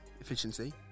efficiency